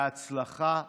בהצלחה רבה.